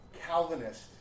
Calvinist